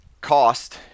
cost